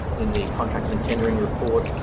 in the contracts and tendering report,